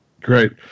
Great